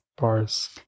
Bars